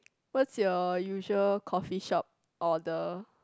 what's your usual coffee shop order